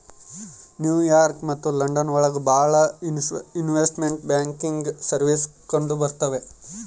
new York ಮತ್ತು London ಒಳಗ ಭಾಳ ಇನ್ವೆಸ್ಟ್ಮೆಂಟ್ ಬ್ಯಾಂಕಿಂಗ್ ಸರ್ವೀಸಸ್ ಕಂಡುಬರ್ತವೆ